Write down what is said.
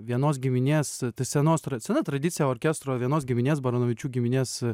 vienos giminės senos tra sena tradicija orkestro vienos giminės baranovičių giminės